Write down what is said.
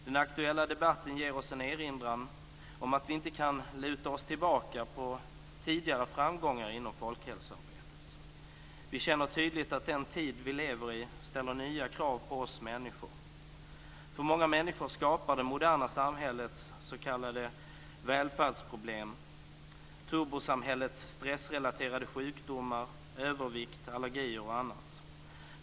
Den aktuella debatten ger oss en erinran om att vi inte kan luta oss tillbaka på tidigare framgångar inom folkhälsoarbetet. Vi känner tydligt att den tid vi lever i ställer nya krav på oss människor. För många människor skapar det moderna samhället s.k. välfärdsproblem - turbosamhällets stressrelaterade sjukdomar, övervikt, allergier och annat.